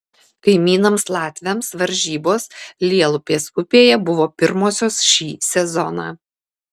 kaimynams latviams varžybos lielupės upėje buvo pirmosios šį sezoną